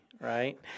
Right